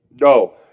No